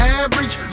average